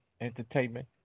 entertainment